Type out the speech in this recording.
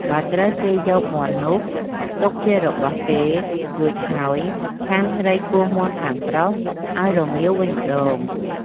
បើត្រូវគេយកមាន់នោះទុកជារបស់គេ រួចហើយខាងស្រីគោះមាន់ខាងប្រុសឱ្យរងាវវិញម្តង ។